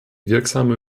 wirksame